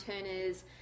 turners